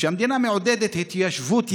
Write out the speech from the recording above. המדינה מעודדת התיישבות יהודית.